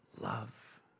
love